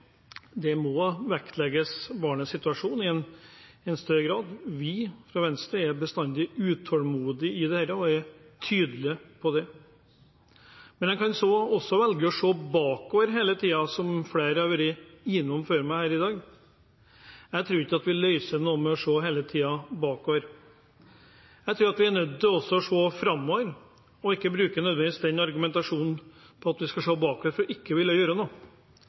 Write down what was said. i Venstre er bestandig utålmodig når det gjelder dette og er tydelige på det. Man kan velge å se bakover hele tiden, som flere har vært innom før meg her i dag. Jeg tror ikke vi løser noe ved hele tiden å se bakover. Jeg tror vi er nødt til også å se framover og ikke nødvendigvis bruke argumentasjonen om å se bakover til ikke å ville gjøre noe, for barn på flukt – det er svært få unger som kan rå fordet. Dette handler også om verdighet, og hvis vi ikke er interessert i å gjøre noe